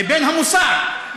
לבין המוסר?